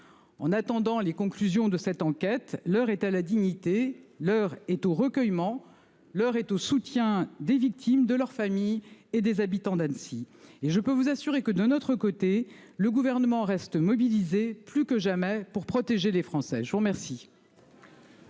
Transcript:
En attendant les conclusions de cette enquête. L'heure est à la dignité. L'heure est au recueillement. L'heure est au soutien des victimes de leur famille et des habitants d'Annecy et je peux vous assurer que de notre côté, le gouvernement reste mobilisés plus que jamais pour protéger les Français. Je vous remercie.